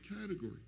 category